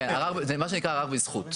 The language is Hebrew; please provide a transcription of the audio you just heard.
כן, זה מה שנקרא ערר בזכות.